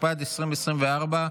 התשפ"ד 2024,